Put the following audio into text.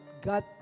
God